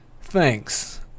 thanks